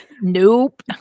nope